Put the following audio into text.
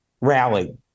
rally